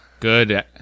Good